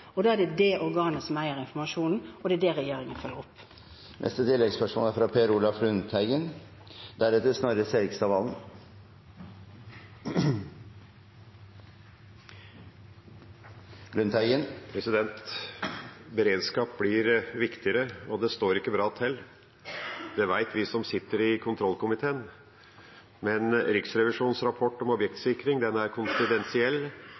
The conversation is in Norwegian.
Da er det det organet som eier informasjonen, og det er det regjeringen følger opp. Per Olaf Lundteigen – til oppfølgingsspørsmål. Beredskap blir viktigere, og det står ikke bra til. Det vet vi som sitter i kontrollkomiteen. Men Riksrevisjonens rapport om objektsikring er konfidensiell,